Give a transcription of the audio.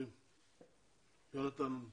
יונתן,